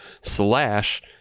slash